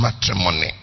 matrimony